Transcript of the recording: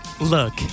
Look